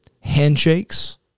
handshakes